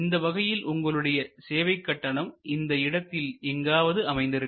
இந்த வகையில் உங்களுடைய சேவை கட்டணம் இந்த இடத்தில் எங்காவது அமைந்திருக்கும்